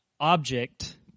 Object